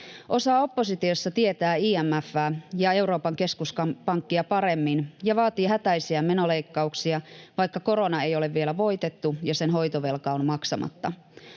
Osa oppositiossa tietää IMF:ää ja Euroopan keskuspankkia paremmin ja vaatii hätäisiä menoleikkauksia, vaikka korona ei ole vielä voitettu ja sen hoitovelka on maksamatta.